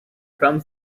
comes